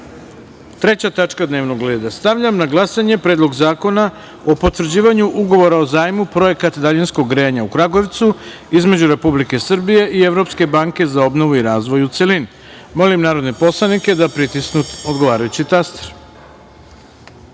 tačka dnevnog reda. Stavljam na glasanje Predlog zakona o potvrđivanju Ugovora o zajmu Projekat daljinskog grejanja u Kragujevcu između Republike Srbije i Evropske banke za obnovu i razvoj, u celini. Molim narodne poslanike da pritisnu odgovarajući